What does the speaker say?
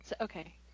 Okay